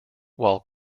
while